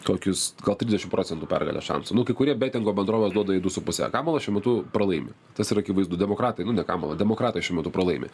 kokius trisdešim procentų pergalės šansų nu kai kurie betingo bendrovės duoda jai du su puse kamala šiuo metu pralaimi tas yra akivaizdu demokratai nu ne kamala demokratai šiuo metu pralaimi